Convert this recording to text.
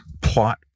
plot